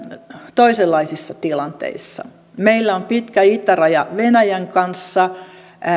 toisenlaisissa tilanteissa meillä on pitkä itäraja venäjän kanssa ja